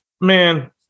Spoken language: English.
Man